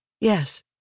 Yes